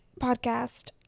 podcast